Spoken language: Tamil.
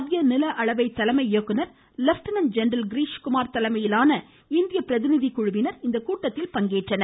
மத்திய நிலஅளவை தலைமை இயக்குனர் லெப்டின்னட் ஜெனரல் கிரீஷ்குமார் தலைமையிலான இந்திய பிரதிநிதி குழு இக்கூட்டத்தில் பங்கேற்றது